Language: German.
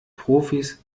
profis